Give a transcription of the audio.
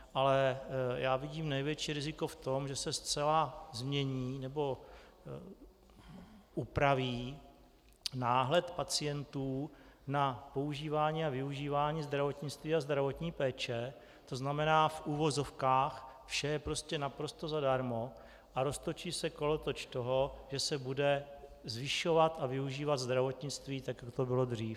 Ale já vidím největší riziko v tom, že se zcela změní nebo upraví náhled pacientů na používání a využívání zdravotnictví a zdravotní péče, tzn. v uvozovkách vše je prostě naprosto zadarmo a roztočí se kolotoč toho, že se bude zvyšovat a využívat zdravotnictví tak, jak to bylo dřív.